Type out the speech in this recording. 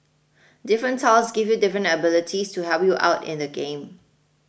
different tiles give you different abilities to help you out in the game